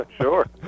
Sure